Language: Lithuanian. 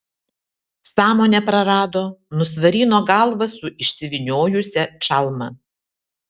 sąmonę prarado nusvarino galvą su išsivyniojusia čalma